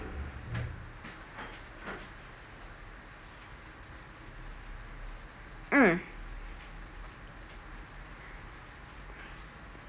mm